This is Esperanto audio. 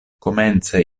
komence